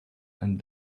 and